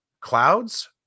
clouds